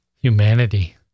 humanity